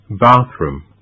Bathroom